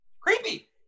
Creepy